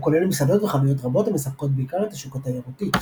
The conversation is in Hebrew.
הוא כולל מסעדות וחנויות רבות המספקות בעיקר את השוק התיירותי.